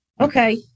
okay